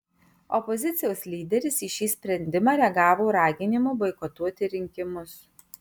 opozicijos lyderis į šį sprendimą reagavo raginimu boikotuoti rinkimus